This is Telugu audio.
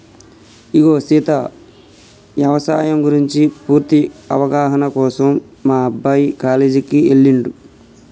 ఇగో సీత యవసాయం గురించి పూర్తి అవగాహన కోసం మా అబ్బాయి కాలేజీకి ఎల్లిండు